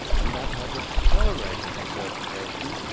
and that had accelerated desertification,